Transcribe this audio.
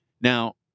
Now